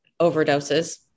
Overdoses